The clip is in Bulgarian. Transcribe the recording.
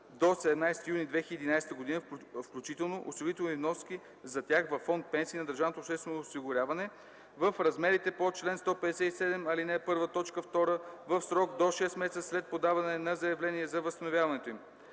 до 17 юни 2011 г. включително, осигурителни вноски за тях във фонд „Пенсии” на държавното обществено осигуряване, в размерите по чл. 157, ал. 1, т. 2, в срок до 6 месеца след подаване на заявление за възстановяването им.